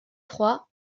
trois